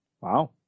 Wow